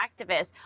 activists